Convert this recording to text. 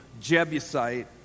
Jebusite